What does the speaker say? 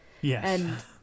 Yes